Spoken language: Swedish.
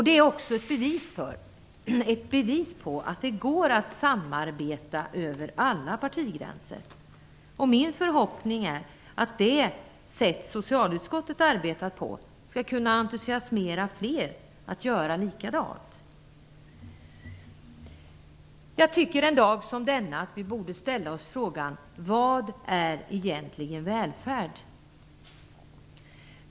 Det är också ett bevis på att det går att samarbeta över alla partigränser. Min förhoppning är att det sätt socialutskottet arbetar på skall kunna entusiasmera fler att göra likadant. Jag tycker att vi en dag som denna borde ställa oss frågan: Vad är egentligen välfärd?